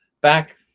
back